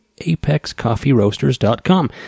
ApexCoffeeRoasters.com